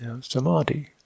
Samadhi